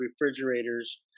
refrigerators